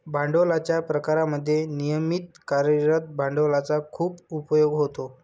भांडवलाच्या प्रकारांमध्ये नियमित कार्यरत भांडवलाचा खूप उपयोग होतो